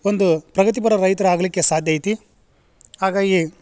ಒಂದು ಪ್ರಗತಿಪರ ರೈತರ ಆಗಲಿಕ್ಕೆ ಸಾಧ್ಯ ಐತಿ ಹಾಗಾಗಿ